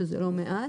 שזה לא מעט.